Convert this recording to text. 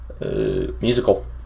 Musical